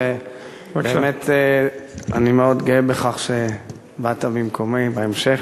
שבאמת אני מאוד גאה בכך שבאת במקומי בהמשך,